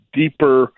deeper